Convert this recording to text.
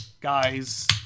Guys